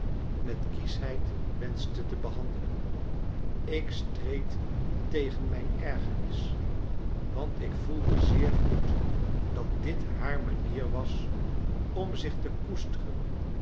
met kieschheid wenschte te behandelen ik streed tegen mijn ergernis want ik voelde zeer goed dat dit haar manier was om zich te koesteren